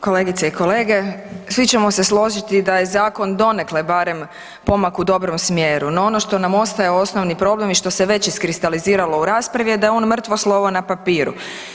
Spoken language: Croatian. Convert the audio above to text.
Kolegice i kolege, svi ćemo se složiti da je zakon donekle barem pomak u dobrom smjeru no ono što nam ostaje osnovni problem i što se već iskristaliziralo u raspravi je da je on mrtvo slovo na papiru.